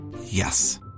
Yes